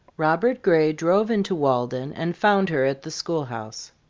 robert gray drove into walden and found her at the schoolhouse.